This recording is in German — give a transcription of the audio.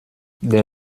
der